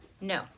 No